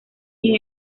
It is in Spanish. sin